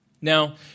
Now